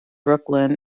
brooklyn